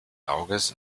auges